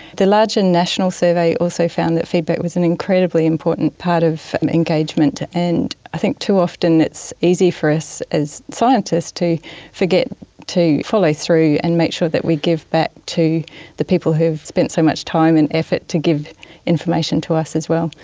the larger national survey also found that feedback was an incredibly important part of engagement, and i think too often it's easy for us as scientists to forget to follow through and make sure that we give back to the people who've spent so much time and effort to give information to us as well.